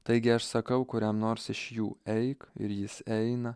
taigi aš sakau kuriam nors iš jų eik ir jis eina